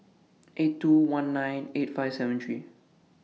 eight two one nine eight five seven three